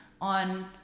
on